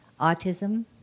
autism